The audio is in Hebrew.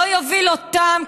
לא יוביל אותם,